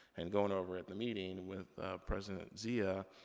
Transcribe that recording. and going over at the meeting with president zia,